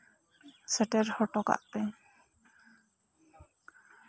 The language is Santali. ᱥᱮᱴᱮᱨ ᱦᱚᱴᱚ ᱠᱟᱜ ᱯᱮ